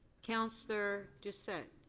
counselor doucet?